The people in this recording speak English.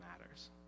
matters